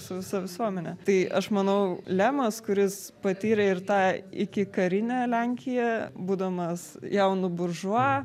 su visa visuomene tai aš manau lemas kuris patyrė ir tą ikikarinę lenkiją būdamas jaunu buržua